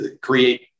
create